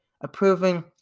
approving